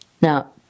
Now